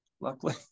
Luckily